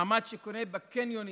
מעמד שקונה בקניונים